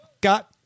got